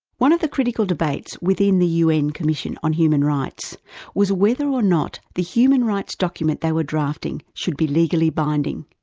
one of the critical debates within the un commission on human rights was whether or not the human rights document they were drafting should be legally binding.